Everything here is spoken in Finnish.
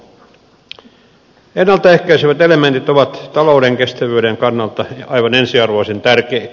ennalta ehkäisevät elementit ovat talouden kestävyyden kannalta aivan ensiarvoisen tärkeitä